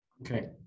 Okay